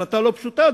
החלטה לא פשוטה,